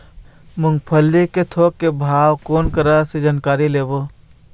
मूंगफली के थोक के भाव कोन करा से जानकारी लेबो?